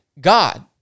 God